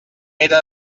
pere